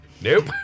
Nope